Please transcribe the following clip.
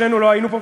שנינו לא היינו פה,